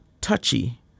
touchy